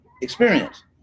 experience